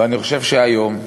ואני חושב שהיום,